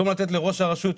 במקום לתת את זה לראש הרשות,